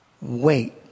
wait